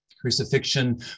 Crucifixion